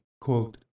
quote